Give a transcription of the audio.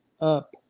up